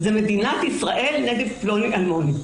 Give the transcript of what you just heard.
זה מדינת ישראל נגד פלוני אלמוני,